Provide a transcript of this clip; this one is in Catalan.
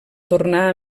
tornar